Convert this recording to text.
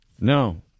No